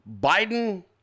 Biden